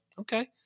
okay